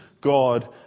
God